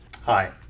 Hi